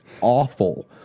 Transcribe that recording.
awful